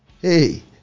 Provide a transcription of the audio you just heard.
Hey